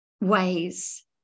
ways